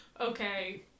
okay